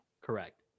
correct